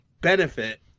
benefit